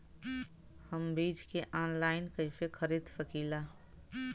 हम बीज के आनलाइन कइसे खरीद सकीला?